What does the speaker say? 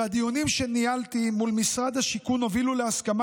והדיונים שניהלתי מול משרד השיכון הובילו להסכמה